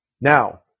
Now